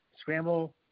scramble